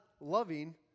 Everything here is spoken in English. loving